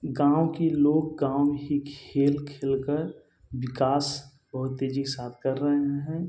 गाँव के लोग गाँव ही खेल खेल कर विकास बहुत तेज़ी के साथ कर रहे हैं